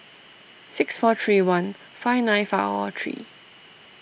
six four three one five nine five three